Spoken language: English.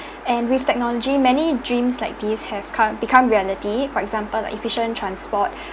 and with technology many dreams like these have come become reality for example like efficient transport